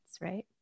right